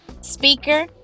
speaker